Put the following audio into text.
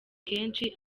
kenshi